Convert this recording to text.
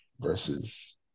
versus